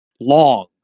long